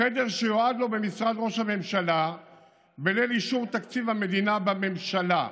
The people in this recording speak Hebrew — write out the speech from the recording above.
חדר שיועד לו במשרד ראש הממשלה בליל אישור תקציב המדינה בממשלה.